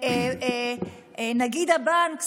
נגיד הבנק,